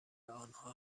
آنها